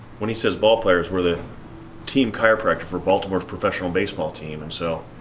when he says ball players we're the team chiropractor for baltimore's professional baseball team and so